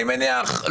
אני מניח,